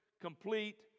complete